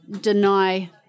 deny